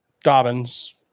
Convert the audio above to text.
Dobbins